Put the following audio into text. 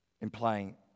Implying